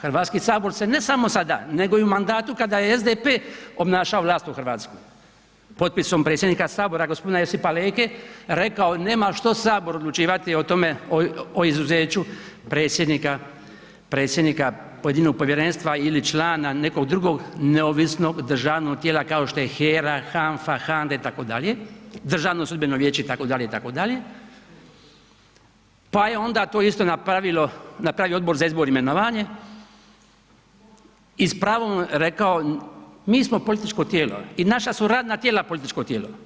Hrvatski sabor se ne samo sada nego i u mandatu kada je SDP obnašao vlast u Hrvatskoj, potpisom predsjednika Sabora gospodina Josipa Leke rekao nema što Sabor odlučivati o izuzeću predsjednika pojedinog povjerenstva ili člana nekog drugog neovisnog državnog tijela kao što je HERA, HANFA, HANDA, Državno sudbeno vijeće itd., itd. pa je to onda isto napravio Odbor za izbor i imenovanje i s pravom rekao mi smo političko tijelo i naša su radna tijela političko tijelo.